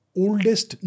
oldest